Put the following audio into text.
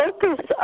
focus